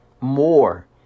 more